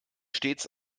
stets